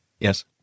Yes